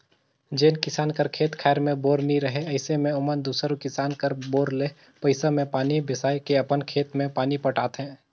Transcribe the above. जेन किसान कर खेत खाएर मे बोर नी रहें अइसे मे ओमन दूसर किसान कर बोर ले पइसा मे पानी बेसाए के अपन खेत मे पानी पटाथे